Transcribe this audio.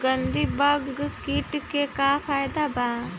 गंधी बग कीट के का फायदा बा?